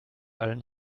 allen